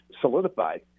solidified